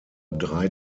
drei